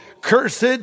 cursed